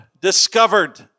Discovered